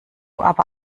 aber